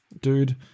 dude